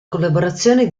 collaborazioni